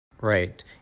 right